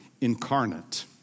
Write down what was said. incarnate